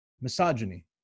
Misogyny